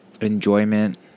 enjoyment